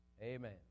Amen